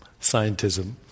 scientism